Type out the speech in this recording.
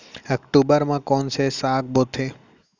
अक्टूबर मा कोन से साग बोथे?